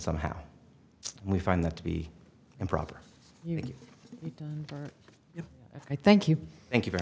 somehow we find that to be improper you know i thank you thank you very